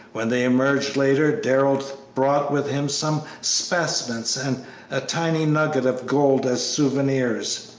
when they emerged later darrell brought with him some specimens and a tiny nugget of gold as souvenirs.